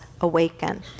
awaken